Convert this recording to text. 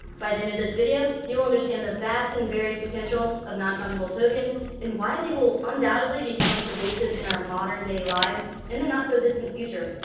by the end of this video, you will understand the vast and varied potential of non-fungible tokens and why they will undoubtedly become pervasive in our modern day lives in the not so distant future.